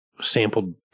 sampled